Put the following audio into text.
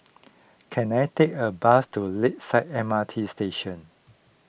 can I take a bus to Lakeside M R T Station